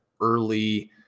early